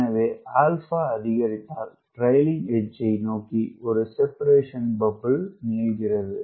எனவே ஆல்பா அதிகரித்ததால் ட்ரைக்ளிங் எட்ஜ் நோக்கி ஒரு செபேரேட்டின் பப்பிள் நீள்கிறது